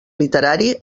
literari